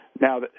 Now